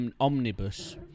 Omnibus